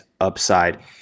Upside